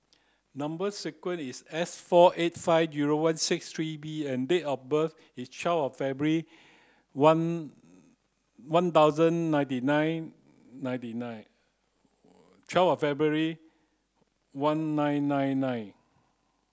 number sequence is S four eight five zero one six three B and date of birth is twelve February one one thousand ninety nine ninety nine twelve February one nine nine nine